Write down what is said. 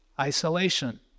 isolation